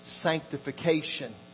sanctification